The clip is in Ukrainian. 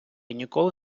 ніколи